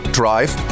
drive